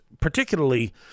particularly